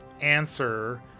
answer